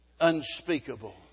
unspeakable